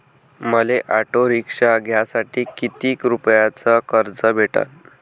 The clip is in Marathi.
मले ऑटो रिक्षा घ्यासाठी कितीक रुपयाच कर्ज भेटनं?